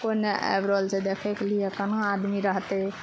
कोइ नहि आबि रहल छै देखैके लिए कोनो आदमी रहतै